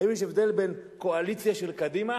האם יש הבדל בין קואליציה של קדימה